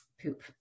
poop